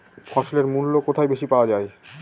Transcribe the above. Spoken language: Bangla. ফসলের মূল্য কোথায় বেশি পাওয়া যায়?